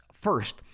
First